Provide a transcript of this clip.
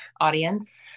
audience